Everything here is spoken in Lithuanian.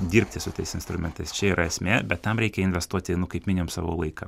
dirbti su tais instrumentais čia yra esmė bet tam reikia investuoti kaip minimum savo laiką